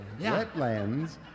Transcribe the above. Wetlands